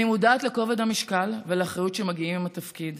אני מודעת לכובד המשקל ולאחריות שמגיעים עם התפקיד